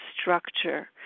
structure